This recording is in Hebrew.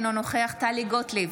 אינו נוכח טלי גוטליב,